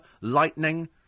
lightning